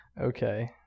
Okay